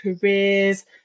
careers